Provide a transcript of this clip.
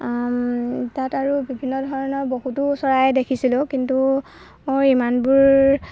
তাত আৰু বিভিন্ন ধৰণৰ বহুতো চৰাই দেখিছিলোঁ কিন্তু মোৰ ইমানবোৰ